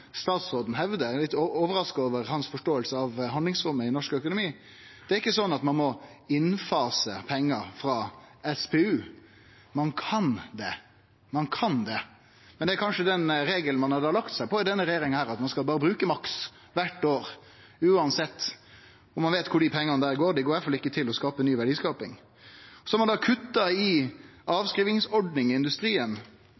statsråden hevdar. Eg er litt overraska over hans forståing av handlingsrommet i norsk økonomi. Ein må ikkje fase inn pengar frå Statens pensjonsfond utland; ein kan gjere det. Men det er kanskje den regelen ein har lagt seg på, i denne regjeringa, at ein berre skal bruke maksimalt kvart år, uansett om ein veit kva dei pengane går til. Dei går i alle fall ikkje til ny verdiskaping. Ein har også kutta i